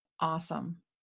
Awesome